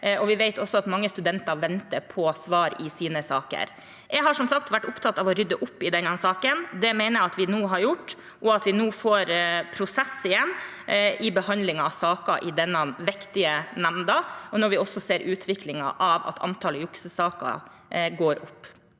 vi vet også at mange studenter venter på svar i sine saker. Jeg har som sagt vært opptatt av å rydde opp i denne saken, og det mener jeg at vi nå har gjort, og at vi nå igjen får prosess i behandlingen av saker i denne viktige nemnda – når vi også ser utviklingen, at antallet juksesaker går opp.